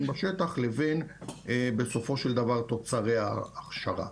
בשטח לבין בסופו של דבר תוצרי ההכשרה.